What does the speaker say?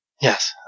Yes